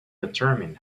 determine